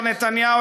מר נתניהו,